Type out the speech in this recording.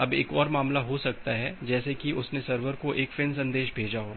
अब एक और मामला हो सकता है जैसे कि उसने सर्वर को एक फ़िन् सन्देश भेजा हो